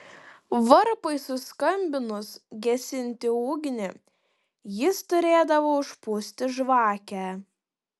varpui suskambinus gesinti ugnį jis turėdavo užpūsti žvakę